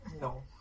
No